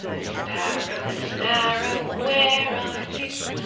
sparrow, sparrow, where are you?